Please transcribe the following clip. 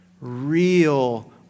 real